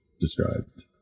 described